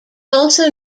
also